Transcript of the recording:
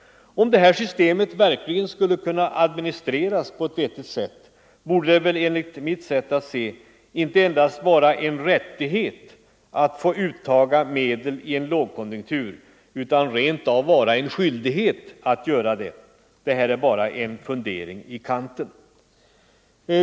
Om det här systemet skulle få avsedda effekter, borde det enligt mitt sätt att se inte endast vara en rättighet att få uttaga medel i en lågkonjunktur utan rent av en skyldighet. Detta bara sagt som en fundering i kanten.